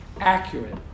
accurate